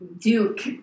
Duke